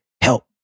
help